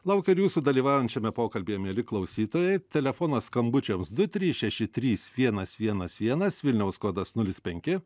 laukia ir jūsų dalyvaujant šiame pokalbyje mieli klausytojai telefonas skambučiams du trys šeši trys vienas vienas vienas vilniaus kodas nulis penki